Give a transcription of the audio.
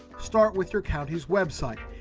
start with your county's website.